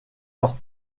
leurs